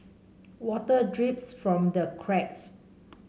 water drips from the cracks